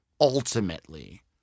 ultimately